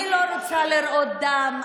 שאלתי אם רצית לראות את הדם,